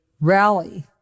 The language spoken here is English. rally